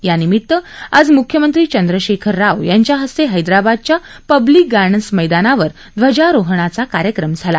यानिमित्त आज मुख्यमंत्री चंद्रशेखर राव यांच्या हस्ते हद्वाबादच्या पब्लीक गार्डन्स मद्यानावर ध्वजारोहणाचा कार्यक्रम झाला